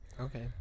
okay